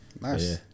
nice